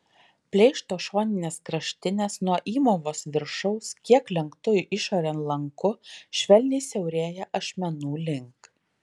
pleišto šoninės kraštinės nuo įmovos viršaus kiek lenktu išorėn lanku švelniai siaurėja ašmenų link